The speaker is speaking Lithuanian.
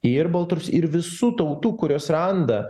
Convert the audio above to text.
ir baltrusių ir visų tautų kurios randa